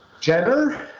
Jenner